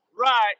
right